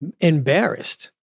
embarrassed